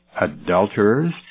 adulterers